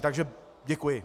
Takže děkuji.